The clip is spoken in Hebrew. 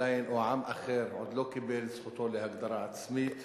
או עם אחר עוד לא קיבל את זכותו להגדרה עצמית,